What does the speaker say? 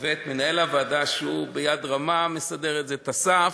ומנהל הוועדה, שהוא ביד רמה מסדר את זה, אסף,